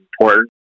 important